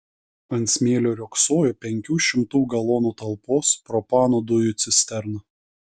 ant smėlio riogsojo penkių šimtų galonų talpos propano dujų cisterna